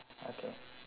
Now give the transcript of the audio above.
okay